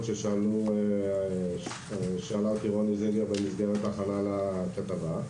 ששאלה אותי רוני זינגר במסגרת הכנת הכתבה.